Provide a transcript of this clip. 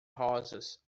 rosas